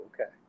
okay